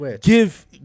give